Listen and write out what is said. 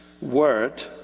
word